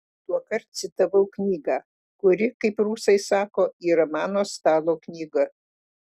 tuokart citavau knygą kuri kaip rusai sako yra mano stalo knyga